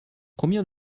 combien